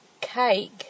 cake